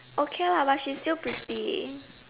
okay lah but she's still pretty